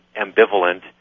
ambivalent